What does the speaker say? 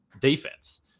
defense